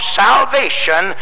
salvation